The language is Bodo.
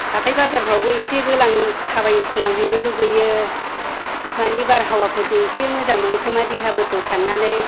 हाथाय बाजारफोरावबो इसे थाबायग्लांहैनो लुबैयो माने बारहावाफोरखौ इसे मोजां मोनोखोमा देहाफोरखौ साननानै